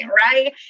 right